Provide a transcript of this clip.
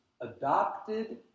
adopted